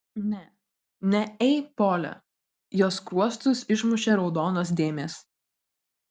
ne ne ei pole jos skruostus išmušė raudonos dėmės